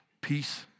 peace